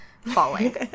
falling